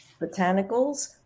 botanicals